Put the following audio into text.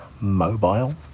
Mobile